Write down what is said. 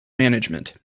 management